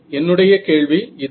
என்னுடைய கேள்வி இதுவே